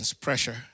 pressure